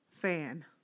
Fan